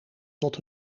tot